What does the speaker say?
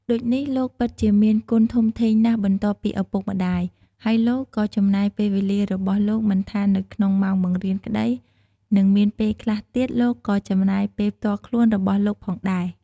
ដូចនេះលោកពិតជាមានគុណធំធេងណាស់បន្ទាប់ពីឪពុកម្តាយ ហើយលោកក៏ចំណាយពេលវេលារបស់លោកមិនថានៅក្នុងម៉ោងបង្រៀនក្តីនិងមានពេលខ្លះទៀតលោកក៏ចំណាយពេលផ្ទាល់ខ្លួនរបស់លោកផងដែរ។